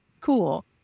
Cool